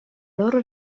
loro